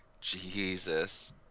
Jesus